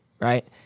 right